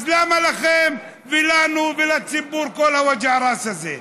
אז למה לכם ולנו ולציבור כל הווג'ע ראס הזה?